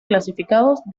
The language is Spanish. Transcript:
clasificados